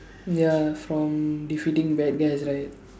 ya from defeating bad guys right